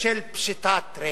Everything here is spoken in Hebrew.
של פשיטת רגל.